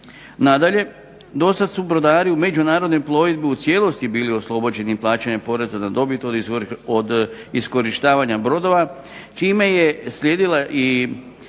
Nadalje, do sada su brodari u međunarodnoj plovidbi bili u cijelosti oslobođeni plaćanja poreza na dobit od iskorištavanja brodova, time je slijedila i